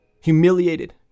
Humiliated